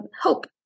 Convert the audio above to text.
Hope